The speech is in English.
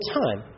time